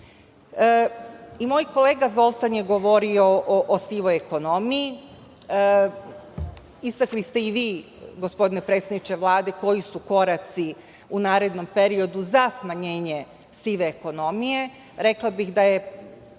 I moj kolega Zoltan je govorio o sivoj ekonomiji. Istakli ste i vi, gospodine predsedniče Vlade, koji su koraci u narednom periodu za smanjenje sive ekonomije. Rekla bih da je